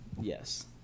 Yes